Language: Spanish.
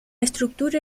estructura